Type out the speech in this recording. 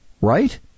right